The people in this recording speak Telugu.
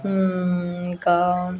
ఇంకా